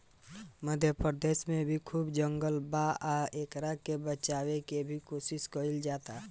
मध्य प्रदेश में भी खूब जंगल बा आ एकरा के बचावे के भी कोशिश कईल जाता